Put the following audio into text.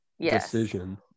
decision